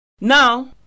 Now